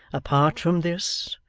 apart from this,